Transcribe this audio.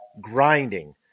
grinding